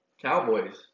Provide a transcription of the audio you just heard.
Cowboys